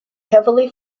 heavily